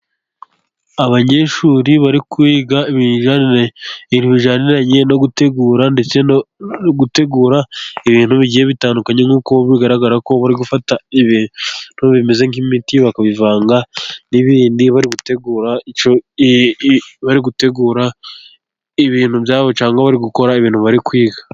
Abanyeshuri bari kwiga ibintu ibijyaniranye no gutegura ndetse no gutegura ibintu bigiye bitandukanye nk' uko bigaragara ko bari gufata ibintu bimeze nk'imiti bakabivanga n'ibindi bari gutegura . Bari gutegura ibintu byabo cyangwa bari gukora ibintu bari kwiga.